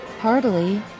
Heartily